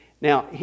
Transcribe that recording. Now